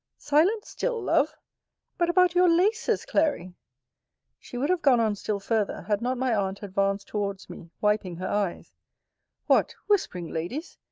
silent still, love but about your laces, clary she would have gone on still further, had not my aunt advance towards me, wiping her eyes what! whispering ladies!